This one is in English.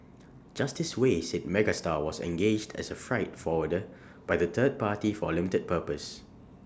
Justice Wei said Megastar was engaged as A freight forwarder by the third party for A limited purpose